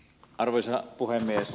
arvoisa puhemies